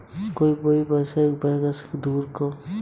क्या baseboard bugs को दूर रखते हैं?